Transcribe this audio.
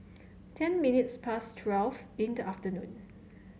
ten minutes past twelve in the afternoon